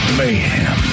mayhem